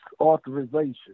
authorization